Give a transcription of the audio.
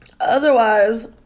Otherwise